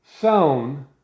sown